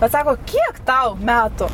bet sako kiek tau metų